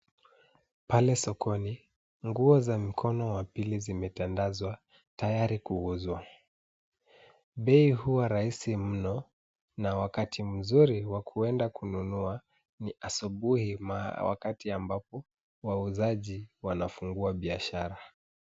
Pale sokoni nguo za mkono wa pili zimetandazwa tayari kuuzwa. Bei huwa rahisi mno na wakati mzuri wa kuenda kununua ni asubuhi wakati ambapo wauzaji wanafungua biashara.